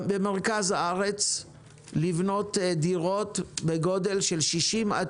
במרכז הארץ לבנות דירות בגודל של 60 עד